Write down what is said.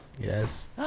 yes